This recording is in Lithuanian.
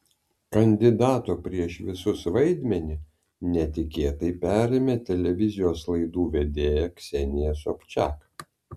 kandidato prieš visus vaidmenį netikėtai perėmė televizijos laidų vedėja ksenija sobčiak